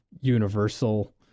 universal